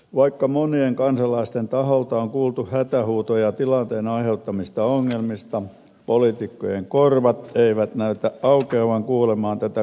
vaikka monien kansalaisten taholta on kuultu hätähuutoja tilanteen aiheuttamista ongelmista poliitikkojen korvat eivät näytä aukeavan kuulemaan tätä kansalaisten hätää